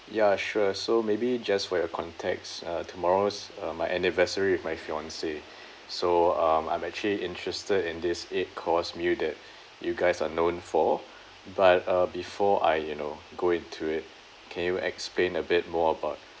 ya sure so maybe just for your context uh tomorrow's uh my anniversary with my fiancee so um I'm actually interested in this eight course meal that you guys are known for but uh before I you know go into it can you explain a bit more about